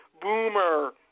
Boomer